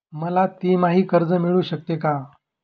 मला तिमाही कर्ज मिळू शकते का?